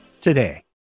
today